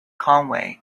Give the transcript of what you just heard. conway